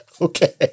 Okay